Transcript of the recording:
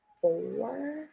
four